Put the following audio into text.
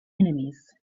enemies